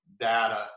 data